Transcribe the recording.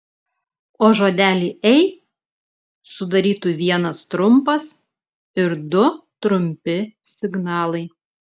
o žodelį ei sudarytų vienas trumpas ir du trumpi signalai